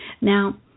Now